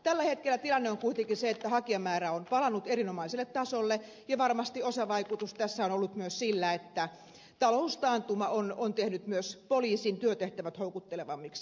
tällä hetkellä tilanne on kuitenkin se että hakijamäärä on palannut erinomaiselle tasolle ja varmasti osavaikutus tässä on ollut myös sillä että taloustaantuma on tehnyt myös poliisin työtehtävät houkuttelevammiksi